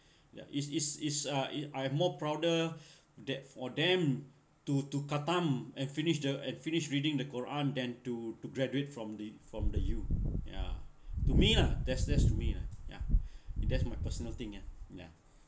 ya is is is ah I'm more prouder that for them to to khatam and finish the and finished reading the quran than to to graduate from the from the U ya to me lah there's there's to me lah ya that's my personal thing ah ya